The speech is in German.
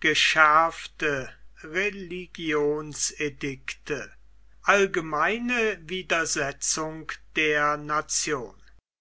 geschärfte religionsedicte allgemeine widersetzung der nation